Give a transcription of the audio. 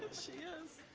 is.